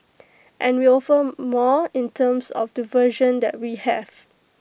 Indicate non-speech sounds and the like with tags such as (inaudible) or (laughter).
and we offer (hesitation) more in terms of the version that we have